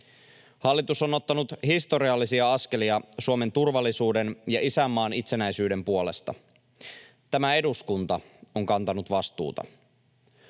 Hallitus on ottanut historiallisia askelia Suomen turvallisuuden ja isänmaan itsenäisyyden puolesta. Tämä eduskunta on kantanut vastuuta.